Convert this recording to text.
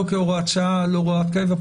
לא כהוראת שעה, לא כהוראת קבע.